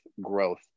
growth